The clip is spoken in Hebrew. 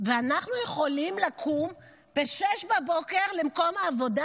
ואנחנו יכולים לקום ב-06:00 למקום העבודה?